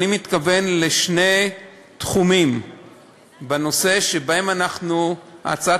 אני מתכוון לשני תחומים בנושא שבהם הצעת